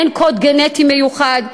אין קוד גנטי מיוחד,